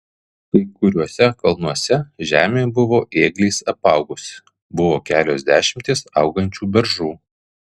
kai kuriuose kalnuose žemė buvo ėgliais apaugusi buvo kelios dešimtys augančių beržų